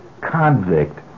convict